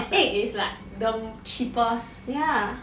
and egg is like the cheapest